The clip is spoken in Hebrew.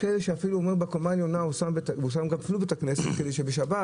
יש כאלה שבקומה העליונה הוא שם גם -- -בית כנסת כדי שבשבת,